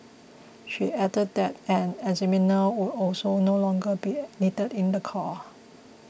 she added that an examiner would also no longer be needed in the car